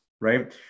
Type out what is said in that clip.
Right